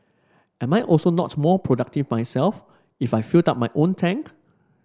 am I also not more productive myself if I filled up my own tank